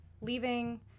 leaving